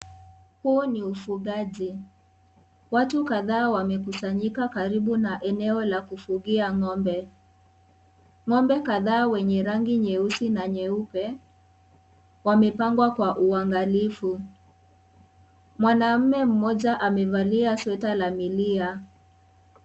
Huu ni ufugaji. Watu kadhaa wamekusanyika karibu na eneo la kufugia ng'ombe. Ng'ombe kadhaa wenye rangi nyeusi na nyeupe wamepangwa kwa uangalifu. Mwanaume mmoja amevalia sweta la milia.